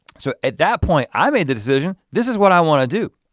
so at that point, i made the decision. this is what i want to do.